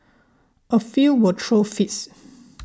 a few will throw fits